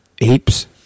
apes